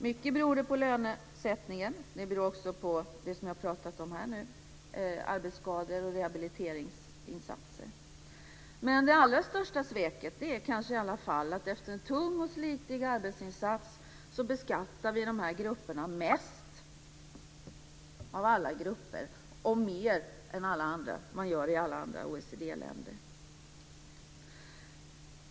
Mycket beror det på lönesättningen, men det beror också på det som jag har pratat om här, arbetsskador och rehabiliteringsinsatser. Det allra största sveket är kanske i alla fall att efter en tung och slitig arbetsinsats beskattas dessa grupper mest av alla grupper och mer än i alla andra OECD-länder.